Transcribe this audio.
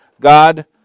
God